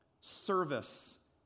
service